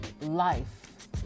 life